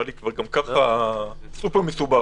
גם ככה זה סופר מסובך.